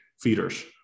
feeders